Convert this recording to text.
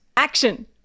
action